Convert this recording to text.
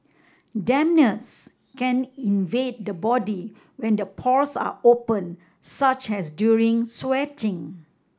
dampness can invade the body when the pores are open such as during sweating